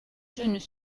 jeunes